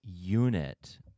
unit